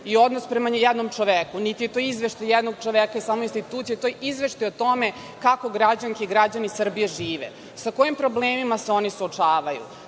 i odnos prema jednom čoveku, niti je to izveštaj jednog čoveka same institucije, to je izveštaj o tome građanke i građani Srbije žive, sa kojim problemima se oni suočavaju.